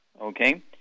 Okay